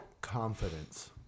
Confidence